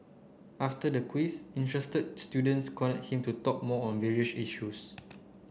after the quiz interested students him to talk more on various issues